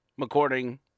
according